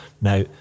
Now